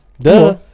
Duh